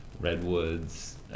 Redwoods